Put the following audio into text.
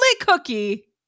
cookie